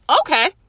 Okay